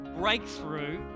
breakthrough